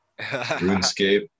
RuneScape